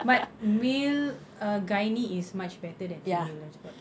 but male uh gynae is much better then female dia orang cakap